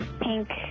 Pink